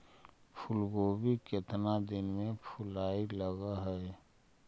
फुलगोभी केतना दिन में फुलाइ लग है?